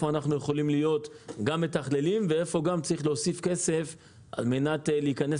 אנחנו יכולים להיות גם מתכללים ואיפה גם צריך להוסיף כסף על-מנת להיכנס